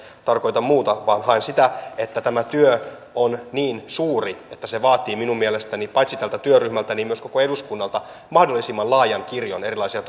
tarkoita muuta vaan haen sitä että tämä työ on niin suuri että se vaatii minun mielestäni paitsi tältä työryhmältä myös koko eduskunnalta mahdollisimman laajan kirjon erilaisia